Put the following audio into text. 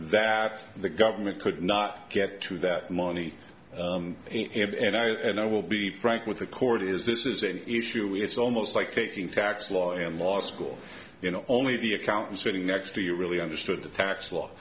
that the government could not get to that money and i and i will be frank with the court is this is an issue it's almost like taking tax law and law school you know only the accountant sitting next to you really understood the tax law